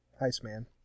Iceman